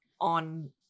on